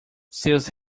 seus